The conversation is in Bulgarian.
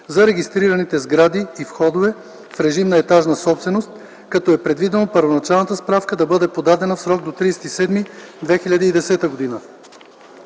за регистрираните сгради и входове в режим на етажна собственост, като е предвидено първоначалната справка да бъде подадена в срок до 30.07.2010 г.